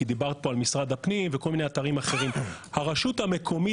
כי דיברת פה על משרד הפנים וכל מיני אתרים אחרים הרשות המקומית